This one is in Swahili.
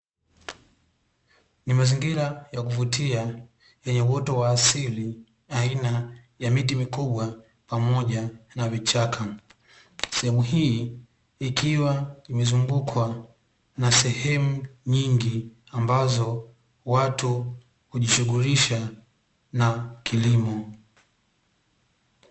Ni mazingira ya kuvutia yenye uoto wa asili, aina ya miti mikubwa, pamoja na vichaka. Sehemu hii ikiwa imezungukwa na sehemu nyingi ambazo watu hujishughulisha na kilimo.